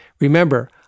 Remember